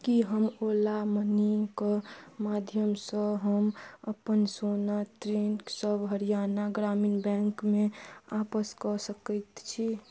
की हम ओला मनीकेँ माध्यमसँ हम अपन सोना ऋण सब हरियाणा ग्रामीण बैंकमे वापस कऽ सकैत छी